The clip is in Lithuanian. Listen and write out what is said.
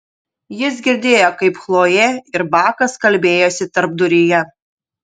jis girdėjo kaip chlojė ir bakas kalbėjosi tarpduryje